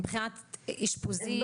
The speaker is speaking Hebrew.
מבחינת אשפוזים.